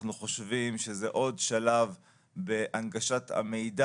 אנחנו חושבים שזה עוד שלב בהנגשת המידע